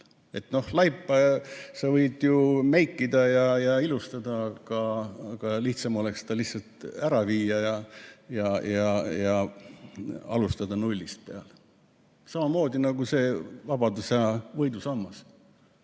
pealt. Laipa sa võid ju meikida ja ilustada, aga lihtsam oleks ta lihtsalt ära viia ja alustada nullist peale. Samamoodi nagu see vabadussõja võidusammas: